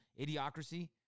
Idiocracy